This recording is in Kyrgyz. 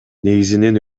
негизинен